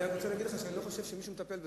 אני רוצה להגיד לך שאני לא חושב שמישהו מטפל בזה,